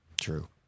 True